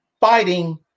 fighting